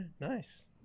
Nice